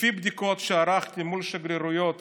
לפי בדיקות שערכתי מול שגרירויות